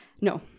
no